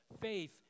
Faith